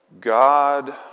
God